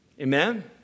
Amen